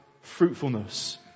fruitfulness